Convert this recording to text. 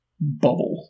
bubble